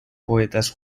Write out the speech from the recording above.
poetas